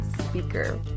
speaker